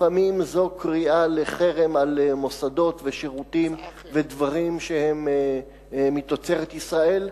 לפעמים זו קריאה לחרם על מוסדות ושירותים ודברים שהם מתוצרת ישראל.